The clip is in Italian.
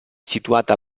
situata